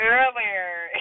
Earlier